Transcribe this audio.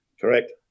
correct